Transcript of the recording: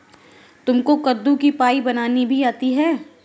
तुमको कद्दू की पाई बनानी भी आती है?